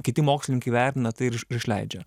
kiti mokslininkai vertina tai ir iš išleidžia